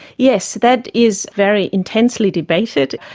yes, that is very intensely debated.